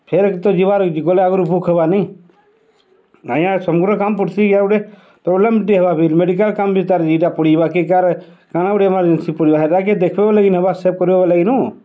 ଫେର୍ ତ ଯିବାର୍ ଗଲେ ଆଗ୍ରୁ ବୁକ୍ ହେବାନି ଆଜ୍ଞା ସମକିର କାମ୍ ପଡ଼୍ସି ଇଟା ଗୁଟେ ପ୍ରୋବ୍ଲେମ୍ ଟିକେ ହେବା ଫେର୍ ମେଡ଼ିକାଲ୍ କାମ୍ ବି ତାର୍ ଇଟା ପଡ଼ିଯିବା କିଏ କାର୍ କାଣା ଗୁଟେ ଏମାର୍ଜେନ୍ସି ପଡ଼୍ବା ହେଟାକେ ଦେଖ୍ବେ ବେଲେ କିନୁ ହେବା ସେଫ୍ କର୍ବେ କେନୁ